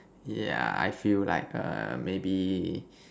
yeah I feel like err maybe